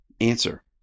Answer